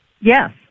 Yes